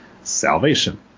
Salvation